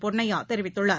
பொன்னையாதெரிவித்துள்ளார்